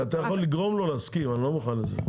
כי אתה יכול לגרום לו להסכים ואני לא מוכן לזה.